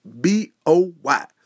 B-O-Y